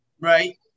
right